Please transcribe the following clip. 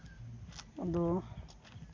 ᱟᱫᱚ